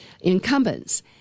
incumbents